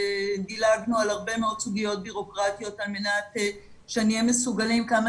דילגנו על הרבה מאוד סוגיות בירוקרטיות על מנת שנהיה מסוגלים כמה